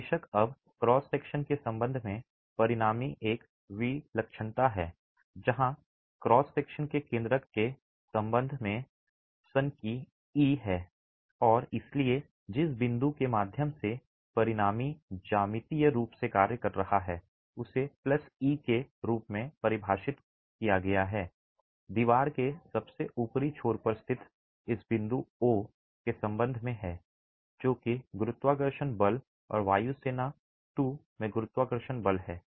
बेशक अब cross section के संबंध में परिणामी की एक विलक्षणता है जहां क्रॉस सेक्शन के केंद्रक के संबंध में सनकी ई है और इसलिए जिस बिंदु के माध्यम से परिणामी ज्यामितीय रूप से कार्य कर रहा है उसे ई के रूप में परिभाषित किया गया है दीवार के सबसे ऊपरी छोर पर स्थित इस बिंदु O के संबंध में है जो कि गुरुत्वाकर्षण बल और वायुसेना 2 में गुरुत्वाकर्षण बल है